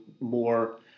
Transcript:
more